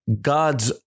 God's